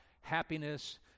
happiness